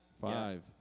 Five